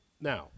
Now